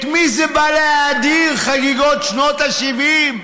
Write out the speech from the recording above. את מי זה בא להאדיר, חגיגות שנת ה-70?